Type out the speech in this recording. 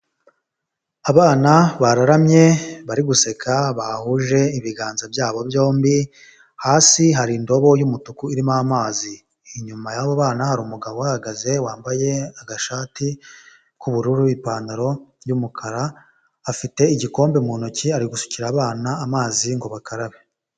Abana bararamye bari guseka bahuje ibiganza byabo byombi hasi hari indobo y'umutuku irimo amazi inyuma y'abo bana hari umugabo uhagaze wambaye agashati k'ubururu n'ipantaro y'umukara afite igikombe mu ntoki ari gusukira abana amazi ngo bakarabe.